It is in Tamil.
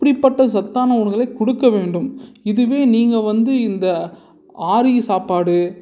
அப்படிப்பட்ட சத்தான உணவுகளை கொடுக்க வேண்டும் இதுவே நீங்கள் வந்து இந்த ஆறிய சாப்பாடு